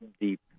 deep